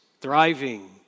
thriving